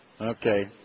Okay